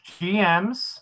GMs